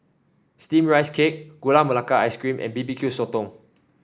steamed Rice Cake Gula Melaka Ice Cream and B B Q Sotong